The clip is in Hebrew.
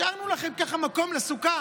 השארנו לכם ככה מקום לסוכה.